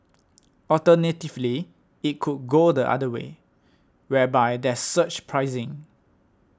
alternatively it could go the other way whereby there's surge pricing